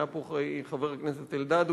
היה פה חבר הכנסת אלדד,